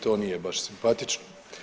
To nije baš simpatično.